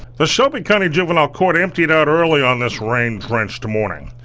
the shelby county juvenile court emptied out early on this rain drenched morning.